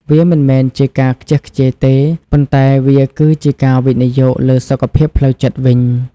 វាមិនមែនជាការខ្ជះខ្ជាយទេ ប៉ុន្តែវាគឺជាការវិនិយោគលើសុខភាពផ្លូវចិត្តវិញ។